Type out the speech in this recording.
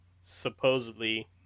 supposedly